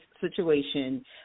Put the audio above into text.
situation